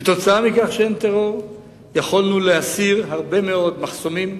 כתוצאה מכך שאין טרור יכולנו להסיר הרבה מאוד מחסומים,